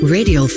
Radio